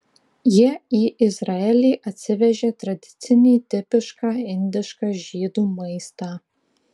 jie į izraelį atsivežė tradicinį tipišką indišką žydų maistą